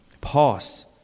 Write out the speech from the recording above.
pause